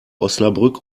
osnabrück